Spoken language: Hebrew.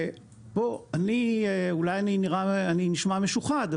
ופה אני אולי נשמע משוחד,